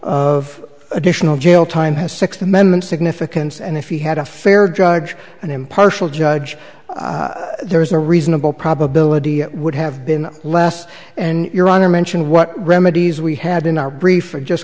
of additional jail time has sixth amendment significance and if he had a fair judge an impartial judge there is a reasonable probability it would have been less and your honor mentioned what remedies we had in our brief or just